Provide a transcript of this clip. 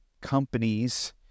companies